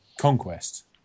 conquest